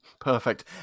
perfect